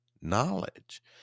knowledge